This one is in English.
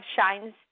shines